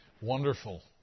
Wonderful